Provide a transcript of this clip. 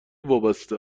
وابسته